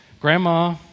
Grandma